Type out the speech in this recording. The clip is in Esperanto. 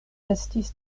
estis